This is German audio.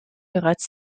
bereits